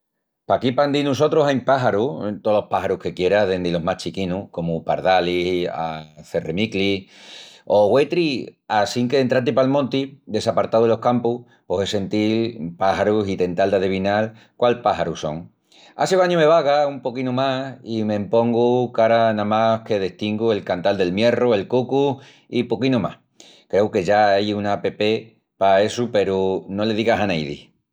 Paquí pandi nusotrus ain páxarus, tolos páxarus que quieras, dendi los más chiquinus comu pardalis a cerremiclis o güetris assinque entral-ti pal monti, desapartau delos campus pos es sentil páxarus i tental d'adevinal quál páxaru son. Á si ogañu me vaga un poquinu más i m'empongu que ara namás que destingu el cantal del mielru, el cucu i poquinu más. Creu que ya ai una app pa essu peru no le digas a naidi.